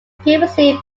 previously